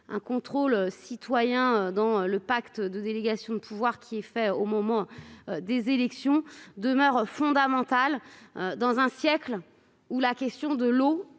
un contrôle citoyen du pacte de délégation de pouvoir établi au moment des élections. Cela demeure fondamental dans un siècle où la question de la